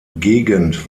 gegend